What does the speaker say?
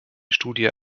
studie